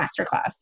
masterclass